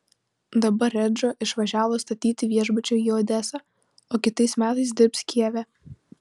dabar redžo išvažiavo statyti viešbučio į odesą o kitais metais dirbs kijeve